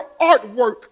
artwork